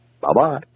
Bye-bye